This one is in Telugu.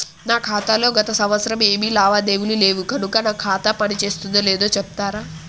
నా ఖాతా లో గత సంవత్సరం ఏమి లావాదేవీలు లేవు కనుక నా ఖాతా పని చేస్తుందో లేదో చెప్తరా?